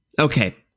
okay